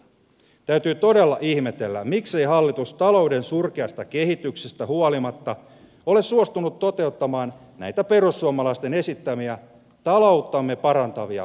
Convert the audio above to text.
täytyy todella ihmetellä miksei hallitus talouden surkeasta kehityksestä huolimatta ole suostunut toteuttamaan näitä perussuomalaisten esittämiä talouttamme parantavia uudistuksia